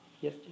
Yes